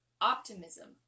optimism